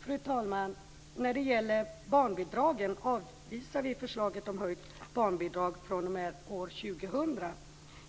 Fru talman! Vi avvisar förslaget om höjt barnbidrag från år 2000.